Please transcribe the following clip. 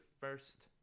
first